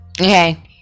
Okay